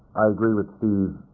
i agree with steve.